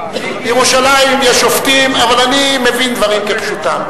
בירושלים יש שופטים, אבל אני מבין דברים כפשוטם.